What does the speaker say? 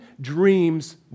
dreams